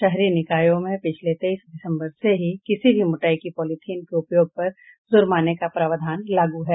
शहरी निकायों में पिछले तेईस दिसम्बर से ही किसी भी मोटाई की पॉलिथीन के उपयोग पर जुर्माने का प्रावधान लागू है